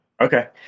Okay